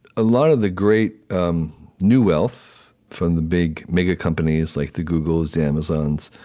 a lot of the great um new wealth from the big mega-companies like the googles, the amazons,